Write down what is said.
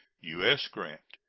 u s. grant.